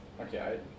Okay